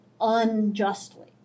unjustly